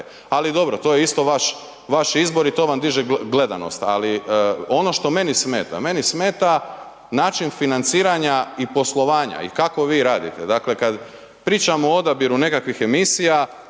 ali dobro, to je isto vaš izbor i to vam diže gledanost ali ono što meni smeta, meni smeta način financiranja i poslovanja i kako vi radite. Dakle kad pričamo o odabiru nekakvih emisija,